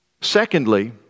Secondly